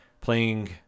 playing